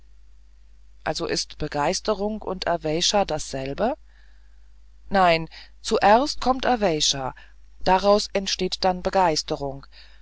also ist begeisterung und aweysha dasselbe nein zuerst kommt aweysha daraus entsteht dann begeisterung